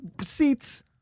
seats –